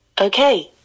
Okay